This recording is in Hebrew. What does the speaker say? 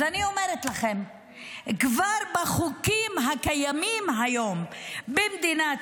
אז אני אומרת לכם שכבר בחוקים הקיימים היום במדינת